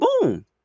boom